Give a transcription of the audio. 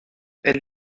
elle